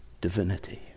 Divinity